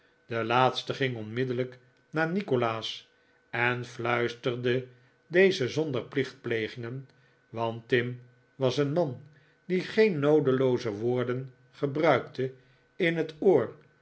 de laatste ging onmiddellijk naar nikolaas en fluisterde dezen zonder plichtplegingen want tim was een man die geen noodelooze woorden gebruikte in het oor